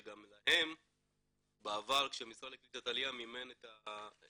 שגם להם בעבר כשמשרד העלייה והקליטה מימן את הסדנאות,